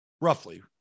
Roughly